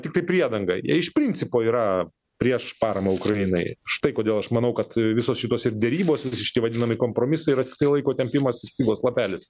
tiktai priedanga jie iš principo yra prieš paramą ukrainai štai kodėl aš manau kad visos šitos ir derybos visi šiti vadinami kompromisai yra tiktai laiko tempimas ir špygos lapelis